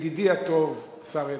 ידידי הטוב, השר ארדן,